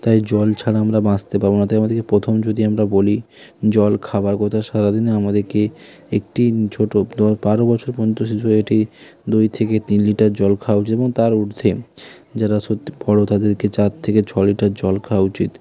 তাই জল ছাড়া আমরা বাঁচতে পারব না তাই আমাদেরকে প্রথম যদি আমরা বলি জল খাওয়ার কথা সারা দিনে আমাদেরকে একটি ছোটো দ বারো বছর পর্যন্ত শিশু এটি দুই থেকে তিন লিটার জল খাওয়া উচিত এবং তার ঊর্ধ্বে যারা সত্যি বড় তাদেরকে চার থেকে ছ লিটার জল খাওয়া উচিত